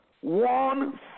one